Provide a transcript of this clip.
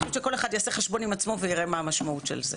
אני חושבת שכל אחד יעשה חשבון עם עצמו ויראה מה המשמעות של זה.